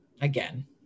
again